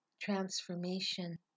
transformation